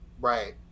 Right